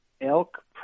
elk